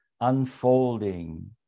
unfolding